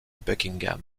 buckingham